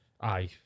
aye